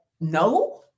no